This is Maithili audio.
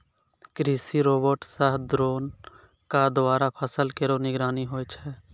कृषि रोबोट सह द्रोण क द्वारा फसल केरो निगरानी होय छै